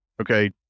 okay